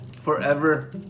Forever